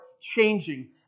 changing